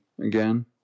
again